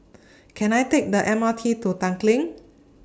Can I Take The M R T to Tanglin